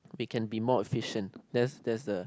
we can be more efficient that's that's the